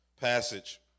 passage